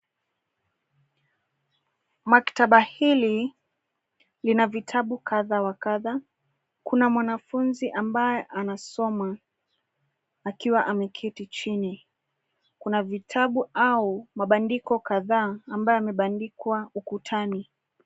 Maktaba hili lina vitabu kadha wa kadha. Kuna mwanafunzi ambaye anasoma akiwa ameketi chini. Kuna vitabu au mabandiko kadhaa ambayo yamebandikwa ukutani.